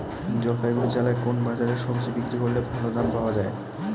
জলপাইগুড়ি জেলায় কোন বাজারে সবজি বিক্রি করলে ভালো দাম পাওয়া যায়?